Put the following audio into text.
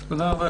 תודה רבה,